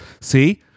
See